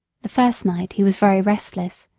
the first night he was very restless.